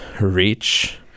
reach